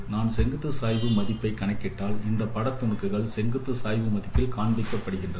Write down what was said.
நான் செங்குத்து சாய்வு மதிப்பை கணக்கிட்டால் அந்த பட துணுக்குகள் செங்குத்து சாய்வு மதிப்பில் காண்பிக்கப்படுகிறது